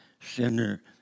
sinner